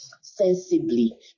sensibly